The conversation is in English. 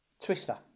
Twister